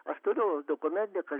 aš turiu dokumentiką